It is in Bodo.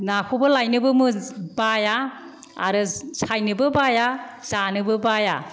नाखौबो लायनोबो बाया आरो सायनोबो बाया जानोबो बाया